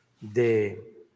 de